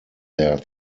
their